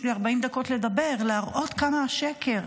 יש לי 40 דקות לדבר, להראות כמה שקר,